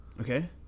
Okay